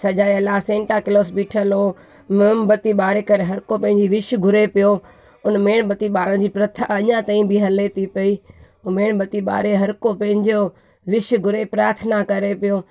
सजायल आहे Santa Claus बीठल हो मोमबती ॿारे करे हर को पंहिंजी विश घुरे पिओ उनमें बती ॿारण जी प्रथा अञां ताईं बि हले थी पई त मेणबती ॿारे हर को पंहिंजो विश घुरे प्रार्थना करे पियो